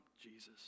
Jesus